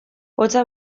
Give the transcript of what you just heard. hotza